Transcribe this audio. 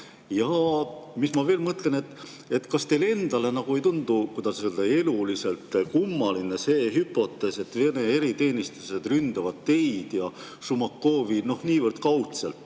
Ma mõtlen veel seda, kas teile endale nagu ei tundu, kuidas öelda, eluliselt kummaline see hüpotees, et Vene eriteenistus ründab teid ja Šumakovi niivõrd kaudselt.